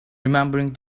remembering